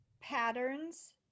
patterns